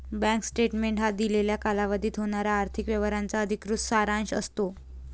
bank statement हा दिलेल्या कालावधीत होणाऱ्या आर्थिक व्यवहारांचा अधिकृत सारांश असतो